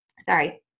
Sorry